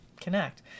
connect